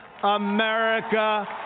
America